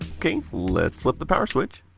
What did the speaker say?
ok, let's flip the power switch.